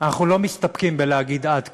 אנחנו לא מסתפקים בלהגיד: עד כאן.